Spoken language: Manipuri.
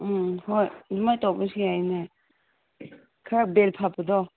ꯎꯝ ꯍꯣꯏ ꯑꯗꯨꯃꯥꯏ ꯇꯧꯕꯁꯨ ꯌꯥꯏꯅꯦ ꯈꯔ ꯕꯦꯜ ꯐꯕꯗꯣ